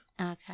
Okay